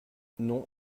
non